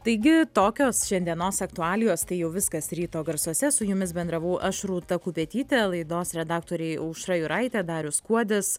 taigi tokios šiandienos aktualijos tai jau viskas ryto garsuose su jumis bendravau aš rūta kupetytė laidos redaktoriai aušra juraitė darius kuodis